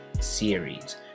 series